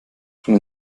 schon